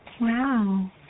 Wow